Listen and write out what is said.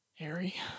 Harry